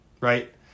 right